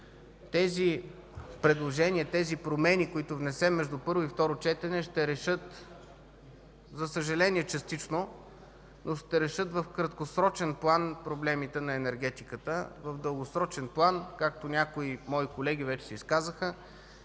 Тези предложения и промени, които внесем между първо и второ четене, ще решат, за съжаление, частично, но в краткосрочен план проблемите на енергетиката. В дългосрочен план, както някои мои колеги вече се изказаха,